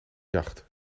jacht